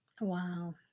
Wow